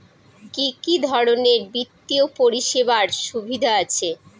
কি কি ধরনের বিত্তীয় পরিষেবার সুবিধা আছে?